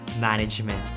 management